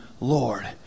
lord